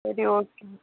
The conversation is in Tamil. சரி ஓகேங்க